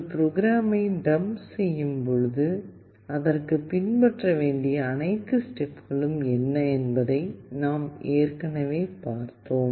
ப்ரோக்ராமை டம்ப் செய்வதற்கு பின்பற்ற வேண்டிய அனைத்து ஸ்டெப்களும் என்ன என்பதை நாம் ஏற்கனவே பார்த்தோம்